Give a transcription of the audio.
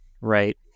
Right